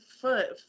foot